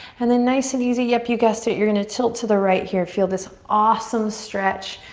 and then nice and easy, yep, you guessed it, you're gonna tilt to the right here. feel this awesome stretch.